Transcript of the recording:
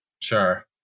sure